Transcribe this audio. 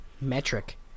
metric